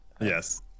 Yes